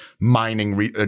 mining